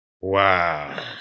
Wow